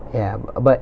ya b~ but